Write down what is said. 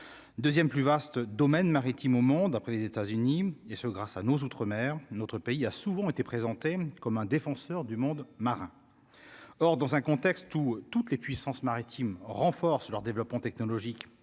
2ème plus vaste domaine maritime au monde après les États-Unis, et ce grâce à nos outre-mer, notre pays a souvent été présenté comme un défenseur du monde marin, or dans un contexte où toutes les puissances maritimes renforcent leur développement technologique